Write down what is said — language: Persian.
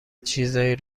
چیزایی